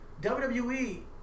WWE